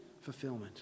fulfillment